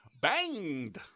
banged